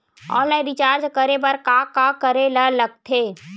Online recharge करे बर का का करे ल लगथे?